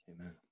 Amen